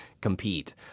compete